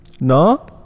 no